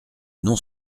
non